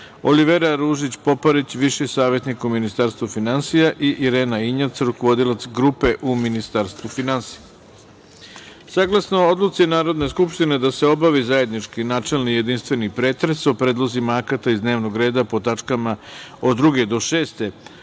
Olivera Ružić Poparić, viši savetnik u Ministarstvu finansija i Irena Injac, rukovodilac Grupe u Ministarstvu finansija. Saglasno Odluci Narodna skupština da se obavi zajednički načelni i jedinstveni pretres o predlozima akata iz dnevnog reda po tačkama od 2. do 6, a pre